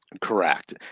Correct